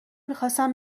میخواستم